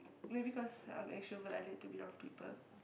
maybe cause I'm extrovert I need to be around people